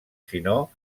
sinó